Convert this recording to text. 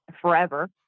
Forever